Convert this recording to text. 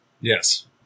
Yes